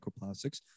microplastics